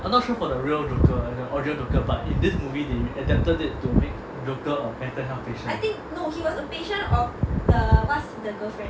I'm not sure for the real joker the original joker but in this movie they adapted it to make joker a mental health patient